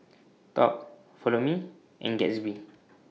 Top Follow Me and Gatsby